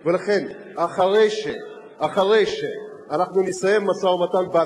אבל בקצב הזה המשא-ומתן יכול להתנהל עוד הרבה מאוד זמן.